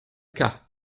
cas